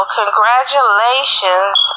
congratulations